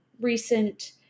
recent